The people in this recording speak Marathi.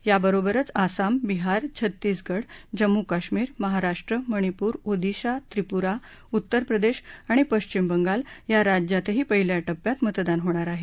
याबरोबरच आसाम बिहार छत्तीसगड जम्मू कश्मीर महाराष्ट्र मणिपूर ओदिशा त्रिपुरा उत्तरप्रदेश आणि पश्चिम बंगाल या राज्यातही पहिल्या टप्प्यात मतदान होणार आहे